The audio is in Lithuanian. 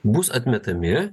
bus atmetami